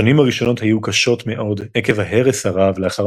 השנים הראשונות היו קשות מאוד עקב ההרס הרב לאחר